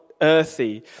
earthy